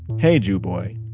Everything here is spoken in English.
hey, jew boy,